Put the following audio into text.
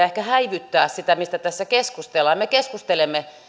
ehkä häivyttää sitä mistä tässä keskustellaan me keskustelimme